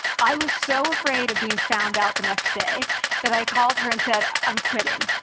i was so afraid of being found out the next day that i called her and said, i'm quitting.